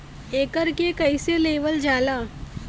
एकरके कईसे लेवल जाला?